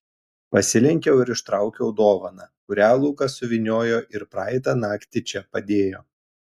pasilenkiau ir ištraukiau dovaną kurią lukas suvyniojo ir praeitą naktį čia padėjo